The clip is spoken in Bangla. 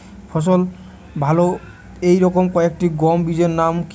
ফলন ভালো এই রকম কয়েকটি গম বীজের নাম কি?